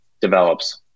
develops